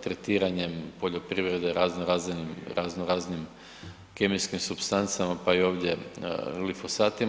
tretiranjem poljoprivrede razno raznim, razno raznim kemijskim supstancama, pa i ovdje glifosatima.